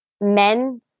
men